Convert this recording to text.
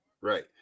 Right